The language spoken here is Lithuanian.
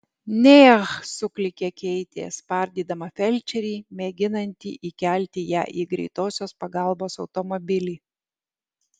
neh suklykė keitė spardydama felčerį mėginantį įkelti ją į greitosios pagalbos automobilį